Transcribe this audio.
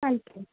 thank you